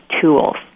tools